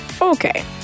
okay